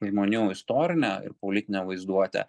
žmonių istorinė ir politinė vaizduotė